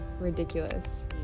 ridiculous